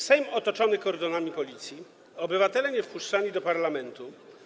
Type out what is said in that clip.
Sejm otoczony kordonami policji, obywatele niewpuszczani do parlamentu.